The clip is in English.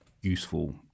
useful